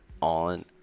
on